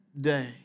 day